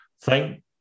Thank